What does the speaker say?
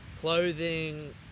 clothing